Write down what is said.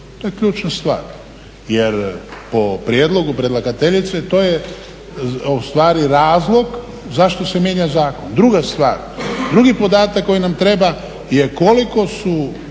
To je ključna stvar, jer po prijedlogu predlagateljice to je u stvari razlog zašto se mijenja zakon. Druga stvar. Drugi podatak koji nam treba je koliko su